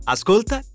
Ascolta